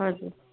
हजुर